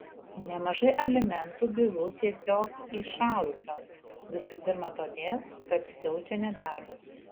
nemažai alimentų bylų tiesiog įšalusios visų pirma todėl kad siaučia nedarbas